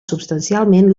substancialment